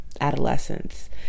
adolescence